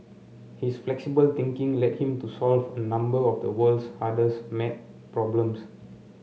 his flexible thinking led him to solve a number of the world's hardest maths problems